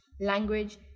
language